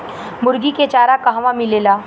मुर्गी के चारा कहवा मिलेला?